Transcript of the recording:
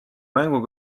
mängu